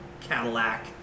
Cadillac